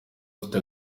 ufite